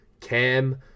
cam